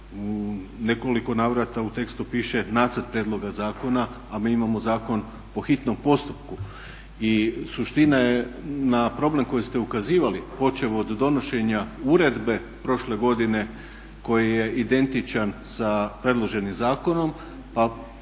U nekoliko navrata u tekstu piše nacrt prijedloga zakona a mi imamo zakon po hitnom postupku. I suština je na problem koji ste ukazivali počev od donošenja uredbe prošle godine koji je identičan sa predloženim zakonom a stavljen